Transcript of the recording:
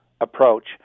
approach